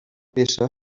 peça